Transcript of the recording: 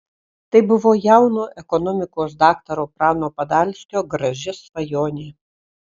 tai buvo jauno ekonomikos daktaro prano padalskio graži svajonė